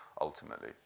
ultimately